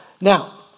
Now